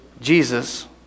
Jesus